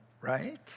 right